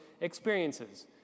experiences